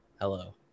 hello